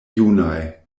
junaj